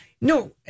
No